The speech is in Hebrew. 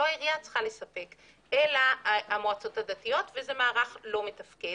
לא העירייה לא צריכה לספק אלא המועצות הדתיות וזה מערך לא מתפקד.